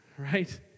right